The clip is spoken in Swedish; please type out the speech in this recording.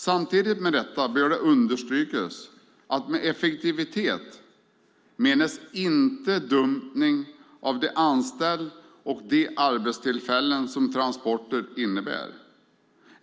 Samtidigt med detta bör det understrykas att med effektivitet menas inte dumpning av de anställda och de arbetstillfällen som transporter innebär.